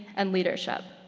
and leadership.